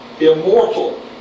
immortal